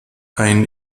ein